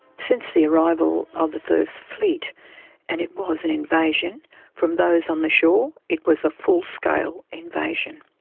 since the arrival of the first fleet and it was an invasion from those on the shore it was a full scale invasion.